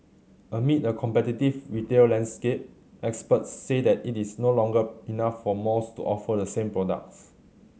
amid a competitive retail landscape experts said it is no longer enough for malls to offer the same products